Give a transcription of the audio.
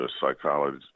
psychology